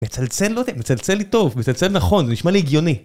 מצלצל, לא יודע, מצלצל לי טוב, מצלצל נכון, זה נשמע לי הגיוני.